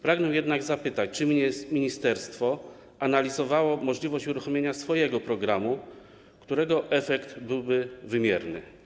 Pragnę jednak zapytać, czy ministerstwo analizowało możliwość uruchomienia swojego programu, którego efekt byłby wymierny.